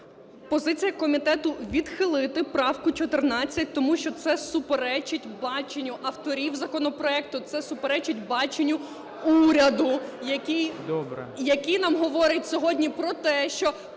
Позиція комітету: відхилити правку 14. Тому що це суперечить баченню авторів законопроекту. Це суперечить баченню уряду, який нам говорить сьогодні про те, що